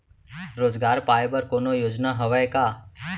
रोजगार पाए बर कोनो योजना हवय का?